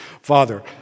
Father